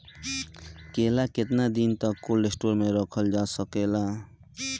केला केतना दिन तक कोल्ड स्टोरेज में रखल जा सकेला?